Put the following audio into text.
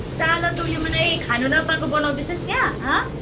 साला तैँले मलाई खान नपाएको बनाउँदैछस् त्यहाँ हँ